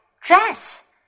dress